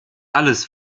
alles